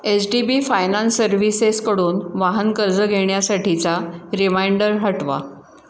H D B finance सर्व्हिसेसकडून वाहन कर्ज घेण्यासाठीचा रिमाइंडर हटवा